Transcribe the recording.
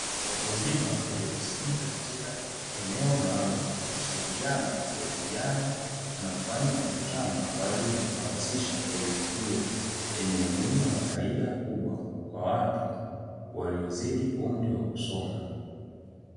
Watu wazima waliokusanyika katika eneo maalumu, wakishirikiana kujadiliana na kufanya mkutano kwa ajili ya kuhamasisha elimu hiyo yenye umuhimu na faida kubwa kwa watu waliozidi umri wa kusoma.